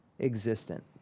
existent